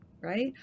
right